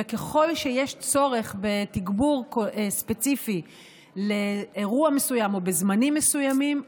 וככל שיש צורך בתגבור ספציפי לאירוע מסוים או בזמנים מסוימים,